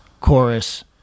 chorus